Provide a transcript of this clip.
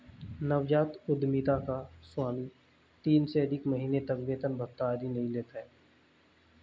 नवजात उधमिता का स्वामी तीन से अधिक महीने तक वेतन भत्ता आदि नहीं लेता है